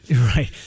Right